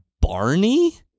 Barney